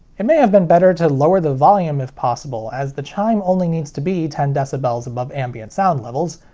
it may have been better to lower the volume if possible, as the chime only needs to be ten decibels above ambient sound levels.